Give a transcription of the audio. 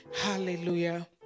Hallelujah